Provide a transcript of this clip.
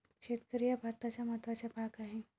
शेतकरी हा भारताचा महत्त्वाचा भाग आहे